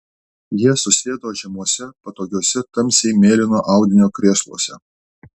jie susėdo žemuose patogiuose tamsiai mėlyno audinio krėsluose